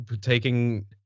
taking